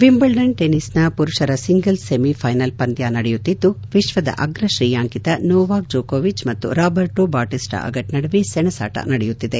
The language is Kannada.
ವಿಂಬಲ್ಡನ್ ಟೆನಿಸ್ನ ಪುರುಷರ ಸಿಂಗಲ್ಸ್ ಸೆಮಿಫೈನಲ್ ಪಂದ್ಯ ನಡೆಯುತ್ತಿದ್ದು ವಿಶ್ವದ ಅಗ್ರ ಶ್ರೇಯಾಂಕಿತ ನೋವಾಕ್ ಜೋಕೋವಿಚ್ ಮತ್ತು ರಾಬರ್ಟೊ ಬಾಟಿಸ್ಟಾ ಅಗಟ್ ನಡುವೆ ಸೆಣಸಾಟ ನಡೆಯುತ್ತಿದೆ